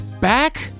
back